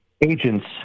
agents